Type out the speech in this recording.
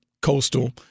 Coastal